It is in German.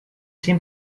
zehn